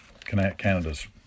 canada's